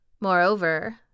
Moreover